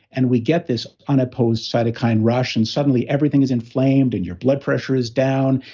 and we get this unopposed cytokine rush, and suddenly, everything is inflamed, and your blood pressure is down,